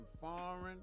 foreign